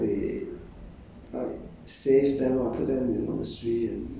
like see a lot of tigers are being killed by people so they